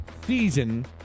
season